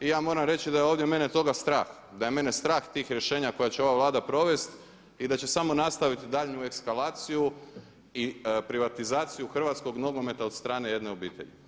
I ja moram reći da je ovdje mene toga strah, da je mene strah tih rješenja koje će ova Vlada provesti i da će samo nastaviti daljnju eskalaciju i privatizaciju Hrvatskog nogometa od strane jedne obitelji.